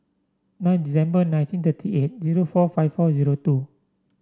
nine December nineteen thirty eight zero four five four zero two